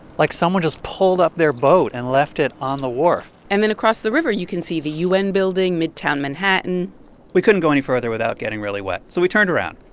like someone just pulled up their boat and left it on the wharf and then across the river, you can see the u n. building, midtown manhattan we couldn't go any further without getting really wet, so we turned around.